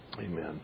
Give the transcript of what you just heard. Amen